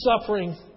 suffering